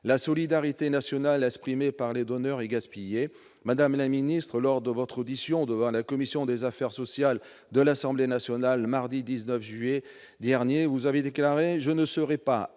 la solidarité nationale exprimée par les donneurs est gaspillée. Madame la ministre, lors de votre audition devant la commission des affaires sociales de l'Assemblée nationale du mercredi 19 juillet dernier, vous avez fait la déclaration